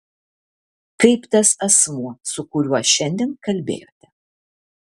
kaip tas asmuo su kuriuo šiandien kalbėjote